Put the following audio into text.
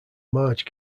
marge